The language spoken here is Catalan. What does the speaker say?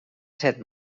set